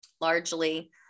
largely